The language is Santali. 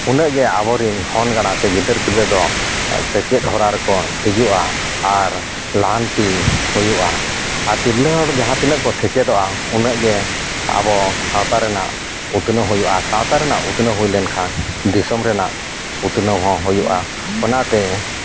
ᱩᱱᱟᱹᱜ ᱜᱮ ᱟᱵᱚᱨᱮᱱ ᱦᱚᱱ ᱜᱟᱲᱟ ᱥᱮ ᱜᱤᱫᱟᱹᱨ ᱯᱤᱫᱟᱹᱨ ᱫᱚ ᱥᱮᱪᱮᱫ ᱦᱚᱨᱟ ᱨᱮᱠᱚ ᱦᱤᱡᱩᱜᱼᱟ ᱟᱨ ᱞᱟᱦᱟᱱᱛᱤ ᱦᱩᱭᱩᱜᱼᱟ ᱟᱨ ᱛᱤᱨᱞᱟᱹ ᱦᱚᱲ ᱡᱟᱦᱟᱸ ᱛᱤᱱᱟᱹᱜ ᱠᱚ ᱥᱮᱪᱮᱫᱚᱜᱼᱟ ᱩᱱᱟᱹᱜ ᱜᱮ ᱟᱵᱚ ᱥᱟᱶᱟ ᱨᱮᱱᱟᱜ ᱩᱛᱱᱟᱹᱣ ᱦᱩᱭᱩᱜᱼᱟ ᱥᱟᱶᱛᱟ ᱨᱮᱱᱟᱜ ᱩᱛᱱᱟᱹᱣ ᱦᱩᱭᱞᱮᱱ ᱠᱷᱟᱱ ᱫᱤᱥᱚᱢ ᱨᱮᱱᱟᱜ ᱩᱛᱱᱟᱹᱣ ᱦᱚᱸ ᱦᱩᱭᱩᱜᱼᱟ ᱚᱱᱟᱛᱮ